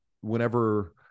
whenever